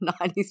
90s